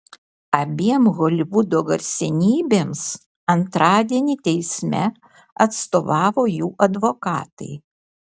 abiem holivudo garsenybėms antradienį teisme atstovavo jų advokatai